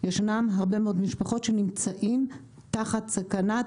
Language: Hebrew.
ישנם הרבה מאוד משפחות שנמצאות תחת סכנה,